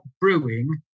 brewing